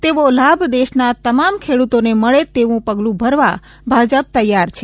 તેવો લાભ દેશના તમામ ખેડૂતોને મળે તેવું પગલું ભરવા ભાજપ તેયાર છે